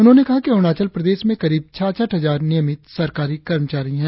उन्होंने कहा कि अरुणाचल प्रदेश में करीब छाछठ हजार नियमित सरकारी कर्मचारी है